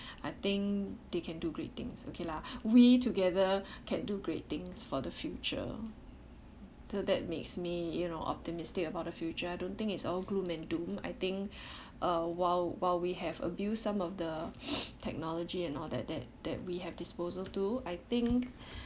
I think they can do great things okay lah we together can do great things for the future so that makes me you know optimistic about the future I don't think it's all gloom and doom I think uh while while we have abused some of the technology and all that that that we have disposal to I think